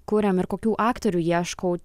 kuriam ir kokių aktorių ieškau